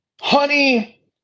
honey